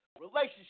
relationship